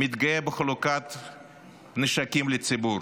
מתגאה בחלוקת נשקים לציבור,